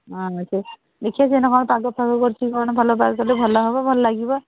ହଁ ସେ ଦେଖିବା ସେଦିନ କ'ଣ ପାଗ ଫାଗ କରୁଛି କ'ଣ ଭଲ ପାଗ କଲେ ଭଲ ହେବ ଭଲ ଲାଗିବା